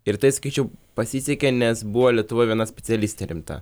ir tai sakyčiau pasisekė nes buvo lietuvoj viena specialistė rimta